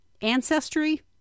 Ancestry